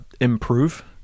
improve